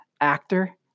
actor